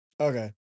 Okay